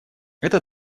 это